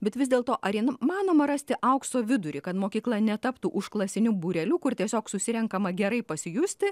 bet vis dėlto arinu manoma rasti aukso vidurį kad mokykla netaptų užklasinių būrelių kur tiesiog susirenkama gerai pasijusti